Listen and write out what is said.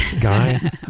guy